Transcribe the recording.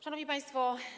Szanowni Państwo!